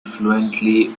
fluently